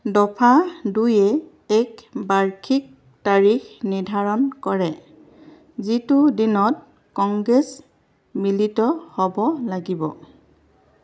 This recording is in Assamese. দফা দুয়ে এক বাৰ্ষিক তাৰিখ নিৰ্ধাৰণ কৰে যিটো দিনত কংগ্ৰেছ মিলিত হ'ব লাগিব